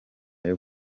cyo